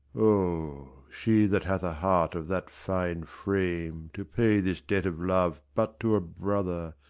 o, she that hath a heart of that fine frame to pay this debt of love but to a brother,